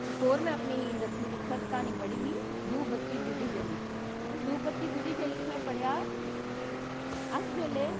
ते इक्क होर में अपनी दसमीं कक्षा बिच क्हानी पढ़ी ही धूप बत्ती जली उस धूप्प बत्ती जली च में पढ़ेआ हा की अस जेल्लै